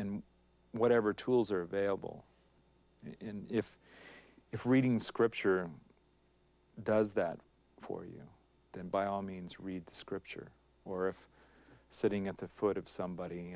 and whatever tools are available in if if reading scripture does that for you then by all means read the scripture or if sitting at the foot of somebody